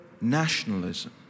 nationalism